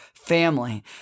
family